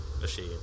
machine